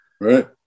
Right